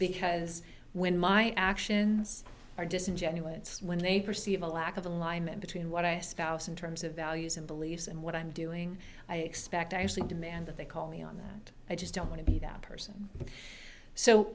because when my actions are disingenuous when they perceive a lack of alignment between what i spouse in terms of values and beliefs and what i'm doing i expect i actually demand that they call me on that i just don't want to be that person